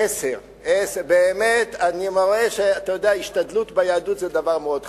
10. השתדלות ביהדות זה דבר מאוד חשוב.